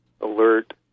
alert